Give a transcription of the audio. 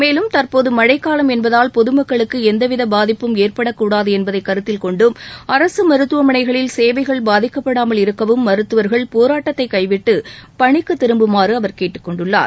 மேலும் தற்போது மழைக்காலம் என்பதால் பொதுமக்களுக்கு எந்தவித பாதிப்பும் ஏற்படக்கூடாது என்பதை கருத்தில் கொண்டும் அரசு மருத்துவமனைகளில் சேவைகள் பாதிக்கப்படாமல் இருக்கவும் மருத்துவர்கள் போராட்டத்தை கைவிட்டு பணிக்கு திரும்புமாறு அவர் கேட்டுக்கொண்டுள்ளார்